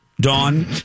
Dawn